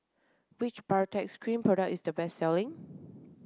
which Baritex Cream product is the best selling